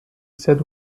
said